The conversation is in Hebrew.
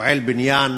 פועל בניין